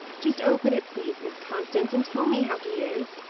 just open it, please, miss constance, and tell me how he is,